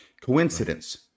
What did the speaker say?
Coincidence